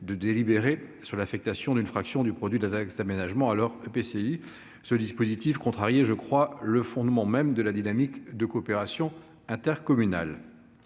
de délibérer sur l'affectation d'une fraction du produit de la taxe d'aménagement à leur EPCI. Ce dispositif contrariait, me semble-t-il, le fondement même de la dynamique de coopération intercommunale.